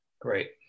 great